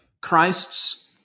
Christ's